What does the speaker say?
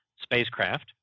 spacecraft